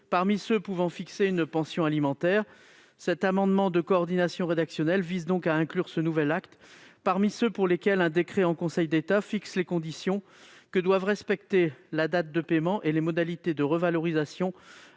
parmi ceux pouvant fixer une pension alimentaire. Cet amendement de coordination rédactionnelle vise à inclure ce nouvel acte parmi ceux pour lesquels un décret en Conseil d'État fixe les conditions que doivent respecter la date de paiement et les modalités de revalorisation